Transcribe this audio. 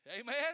Amen